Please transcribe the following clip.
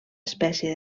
espècie